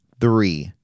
three